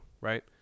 Right